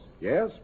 Yes